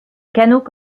canot